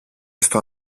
στο